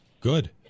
Good